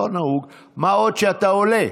זה לא נהוג, מה עוד שאתה עולה.